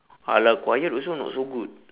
!alah! quiet also not so good